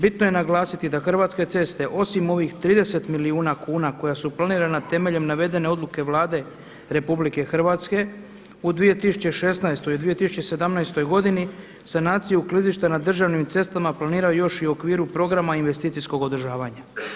Bitno je naglasiti da Hrvatske ceste osim ovih 30 milijuna kuna koja su planirana temeljem navedene odluke Vlade RH u 2016. i 2017. godini sanaciju klizišta na državnim cestama planiraju još i u okviru programa investicijskog održavanja.